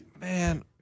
man